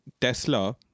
Tesla